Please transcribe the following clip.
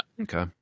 Okay